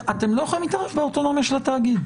לא יכולים להתערב באוטונומיה של התאגיד.